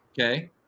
okay